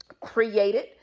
created